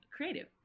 creative